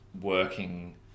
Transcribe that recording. working